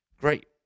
Great